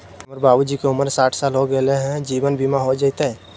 हमर बाबूजी के उमर साठ साल हो गैलई ह, जीवन बीमा हो जैतई?